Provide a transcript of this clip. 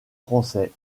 français